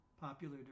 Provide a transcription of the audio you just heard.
popular